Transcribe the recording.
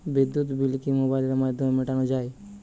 বিদ্যুৎ বিল কি মোবাইলের মাধ্যমে মেটানো য়ায়?